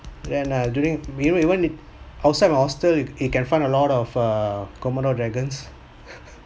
then ah during even even outside of hostel if you can find a lot of err komodo dragons